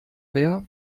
wer